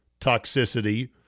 toxicity